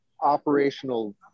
operational